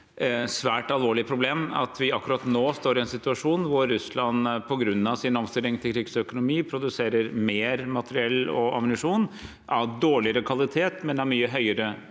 Det er et svært alvorlig problem at vi akkurat nå står i en situasjon hvor Russland, på grunn av sin omstilling til krigsøkonomi, produserer mer materiell og ammunisjon. Det er av dårligere kvalitet, men det er et mye høyere